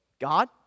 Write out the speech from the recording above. God